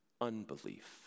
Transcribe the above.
unbelief